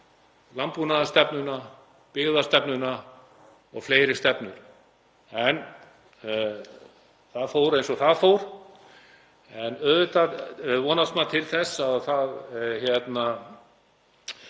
landbúnaðarstefnuna, byggðastefnuna og fleiri stefnur. En það fór eins og það fór. Auðvitað vonast maður til þess að menn